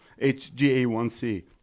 hga1c